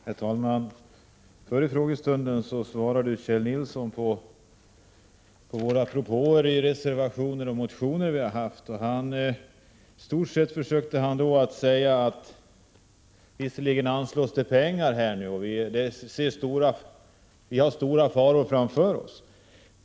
Herr talman! Före frågestunden svarade Kjell Nilsson på våra propåer i motioner och reservationer. Han sade då att vi har stora faror framför oss och att det nu anslås pengar.